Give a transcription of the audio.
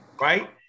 right